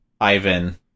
Ivan